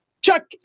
chuck